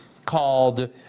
called